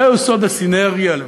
זה סוד הסינרגיה למעשה.